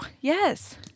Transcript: Yes